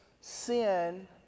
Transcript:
sin